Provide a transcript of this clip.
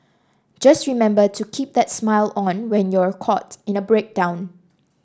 just remember to keep that smile on when you're caught in a breakdown